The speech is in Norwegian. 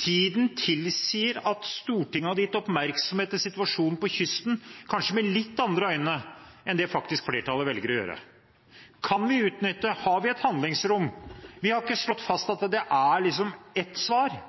Tiden tilsier at Stortinget hadde gitt oppmerksomhet til situasjonen på kysten med kanskje litt andre øyne enn det flertallet faktisk velger å gjøre. Kan vi utnytte det? Har vi et handlingsrom? Vi har ikke slått fast at det er ett svar,